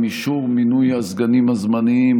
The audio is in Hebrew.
עם אישור מינוי הסגנים הזמניים,